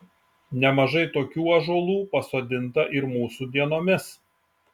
nemažai tokių ąžuolų pasodinta ir mūsų dienomis